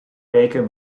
weken